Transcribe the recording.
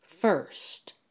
first